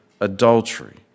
adultery